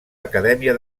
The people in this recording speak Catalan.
acadèmia